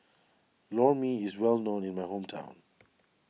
Lor Mee is well known in my hometown